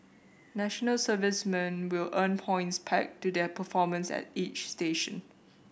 national servicemen will earn points pegged to their performance at each station